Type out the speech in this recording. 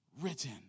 written